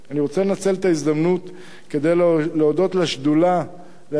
אני רוצה לנצל את ההזדמנות כדי להודות לשדולה לעסקים